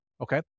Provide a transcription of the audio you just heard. okay